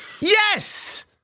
Yes